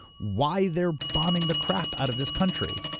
why they're bombing the crap out of this country.